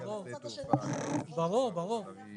אין